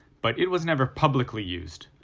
but it was never publically used.